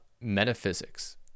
metaphysics